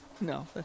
No